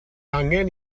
angen